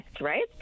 right